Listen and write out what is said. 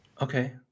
Okay